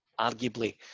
arguably